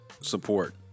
support